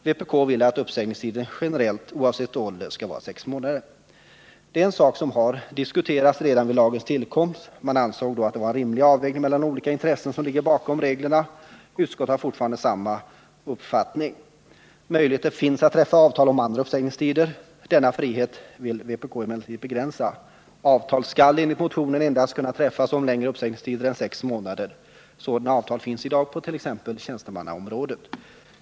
Vpk vill att uppsägningstiden generellt — oavsett ålder — skall vara sex månader. Detta är en sak som diskuterades redan vid lagens tillkomst. Man ansåg då att det var en rimlig avvägning mellan olika intressen som ligger bakom reglerna. Utskottet har fortfarande samma uppfattning. Möjlighet finns också att träffa avtal om andra uppsägningstider. Denna frihet vill vpk emellertid begränsa. Avtal skall enligt motionen endast kunna träffas om längre uppsägningstider än sex månader. Sådana avtal finns i dag på t.ex. tjänstemannaområdet.